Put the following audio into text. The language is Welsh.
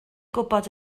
gwybod